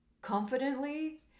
confidently